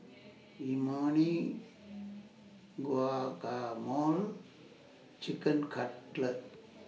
Imoni Guacamole Chicken Cutlet